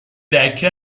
دکه